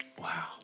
wow